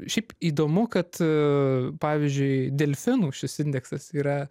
šiaip įdomu kad pavyzdžiui delfinų šis indeksas yra